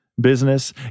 business